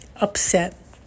upset